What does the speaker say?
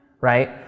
right